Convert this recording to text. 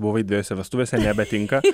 buvai dvejose vestuvėse nebetinka